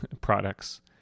products